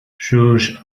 sus